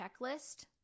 checklist